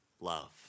love